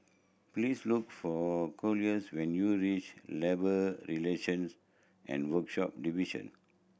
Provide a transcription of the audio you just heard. please look for Collis when you reach Labour Relations and Workshop Division